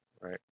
right